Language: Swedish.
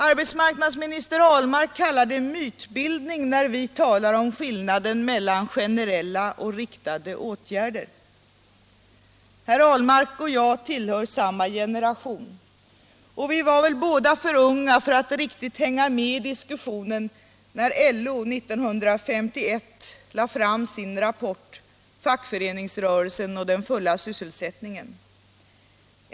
Arbetsmarknadsminister Ahlmark kallar det mytbildning när vi talar om skillnaden mellan generella och riktade åtgärder. Herr Ahlmark och jag tillhör samma generation, och vi var väl båda för unga för att riktigt hänga med i diskussionen när LO 1951 lade fram sin rapport Fackföreningsrörelsen och den fulla sysselsättningen.